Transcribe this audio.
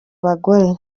abagore